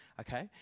Okay